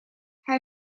hij